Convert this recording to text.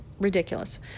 Ridiculous